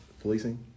policing